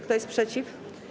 Kto jest przeciw?